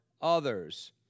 others